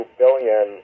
billion